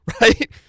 right